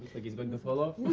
like he's going to fall off.